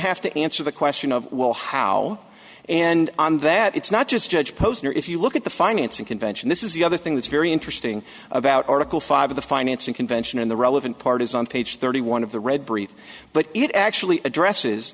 have to answer the question of well how and on that it's not just judge posner if you look at the financing convention this is the other thing that's very interesting about article five of the financing convention and the relevant part is on page thirty one of the read brief but it actually addresses